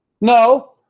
No